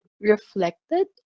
reflected